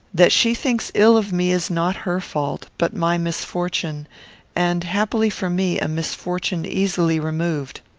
that she thinks ill of me is not her fault, but my misfortune and, happily for me, a misfortune easily removed.